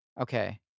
Okay